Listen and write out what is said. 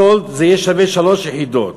סאלד, זה יהיה שווה לשלוש יחידות.